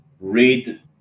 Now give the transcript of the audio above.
read